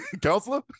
Counselor